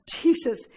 Jesus